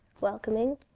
welcoming